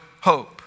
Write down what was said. hope